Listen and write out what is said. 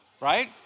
right